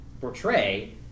portray